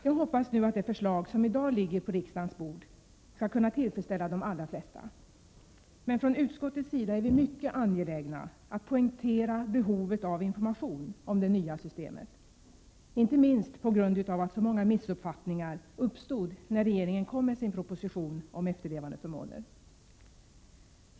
Jag hoppas nu att det förslag som i dag lager på riksdagens bord skall kunna tillfredsställa de allra flesta. Men från utskottets sida är vi mycket angelägna om att poängtera behovet av information om det nya systemet — inte minst på grund av att så många missuppfattningar uppstod när regeringen kom med sin proposition om efterlevandeförmåner.